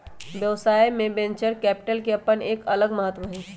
व्यवसाय में venture capital के अपन एक अलग महत्व हई